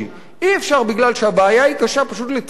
אי-אפשר בגלל שהבעיה היא קשה פשוט לצפצף